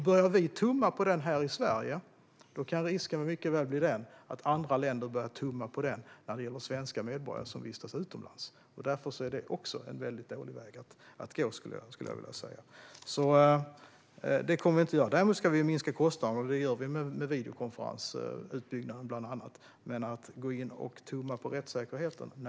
Börjar vi tumma på den här i Sverige kan risken mycket väl bli den att andra länder börjar tumma på den när det gäller svenska medborgare som vistas utomlands. Därför är det en väldigt dålig väg att gå, skulle jag vilja säga, så det kommer vi inte att göra. Däremot ska vi minska kostnaderna. Det gör vi bland annat med videokonferensutbyggnaden. Men vi går inte in och tummar på rättssäkerheten.